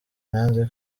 nanze